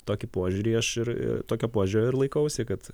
tokį požiūrį aš ir tokio požiūrio ir laikausi kad